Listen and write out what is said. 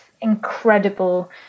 incredible